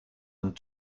een